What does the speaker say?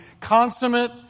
consummate